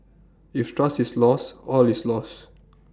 if trust is lost all is lost